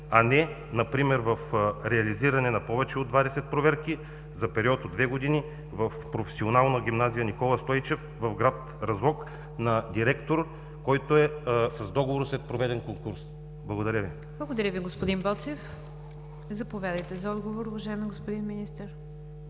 а не например в реализиране на повече от 20 проверки за период от две години в Професионална гимназия „Никола Стойчев“ в град Разлог на директор, който е с договор след проведен конкурс? Благодаря Ви. ПРЕДСЕДАТЕЛ НИГЯР ДЖАФЕР: Благодаря Ви, господин Боцев. Заповядайте за отговор, уважаеми господин Министър.